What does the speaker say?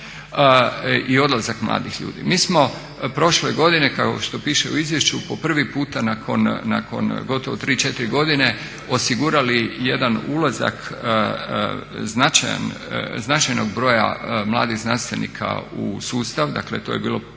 i odlazak mladih ljudi. Mi smo prošle godine kao što piše u izvješću po prvi puta nakon gotovo 3, 4 godine osigurali jedan ulazak značajnog broja mladih znanstvenika u sustav, dakle to je bilo